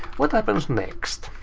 what happens next?